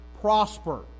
prosper